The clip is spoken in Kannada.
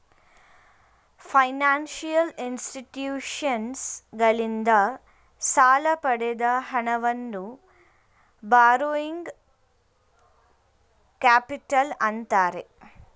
ಫೈನಾನ್ಸಿಯಲ್ ಇನ್ಸ್ಟಿಟ್ಯೂಷನ್ಸಗಳಿಂದ ಸಾಲ ಪಡೆದ ಹಣವನ್ನು ಬಾರೋಯಿಂಗ್ ಕ್ಯಾಪಿಟಲ್ ಅಂತ್ತಾರೆ